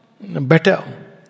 better